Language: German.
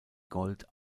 gold